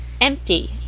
empty